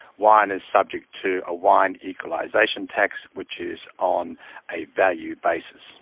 wine is subject to a wine equalisation tax which is on a value basis.